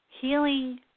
Healing